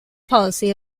policy